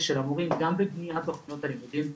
של המורים גם בבניית תכניות הלימודים,